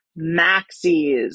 maxis